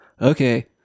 okay